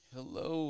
Hello